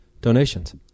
donations